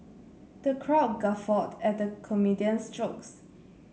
the crowd guffawed at the comedian's jokes